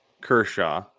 Kershaw